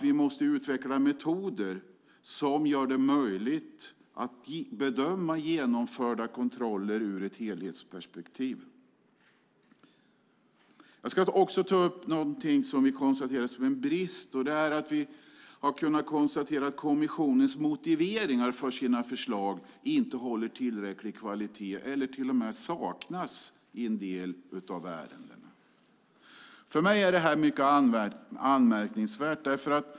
Vi måste utveckla metoder som gör det möjligt att bedöma genomförda kontroller ur ett helhetsperspektiv. Jag ska också ta upp något som vi ser som en brist. Vi har kunnat konstatera att kommissionens motiveringar för sina förslag inte håller tillräcklig kvalitet eller till och med saknas i en del av ärendena. För mig är det mycket anmärkningsvärt.